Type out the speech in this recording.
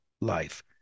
life